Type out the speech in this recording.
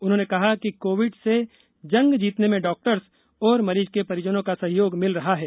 उन्होंने कहा कि कोविड से जंग जीतने में डॉक्टर्स और मरीज के परिजनों का सहयोग रहा है